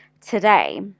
today